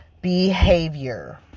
behavior